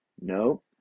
No